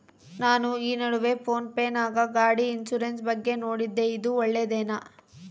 ನಾನು ಈ ನಡುವೆ ಫೋನ್ ಪೇ ನಾಗ ಗಾಡಿ ಇನ್ಸುರೆನ್ಸ್ ಬಗ್ಗೆ ನೋಡಿದ್ದೇ ಇದು ಒಳ್ಳೇದೇನಾ?